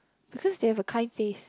because they have a kind face